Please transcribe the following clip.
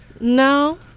No